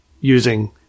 using